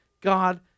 God